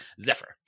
Zephyr